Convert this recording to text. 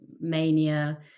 mania